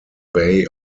bay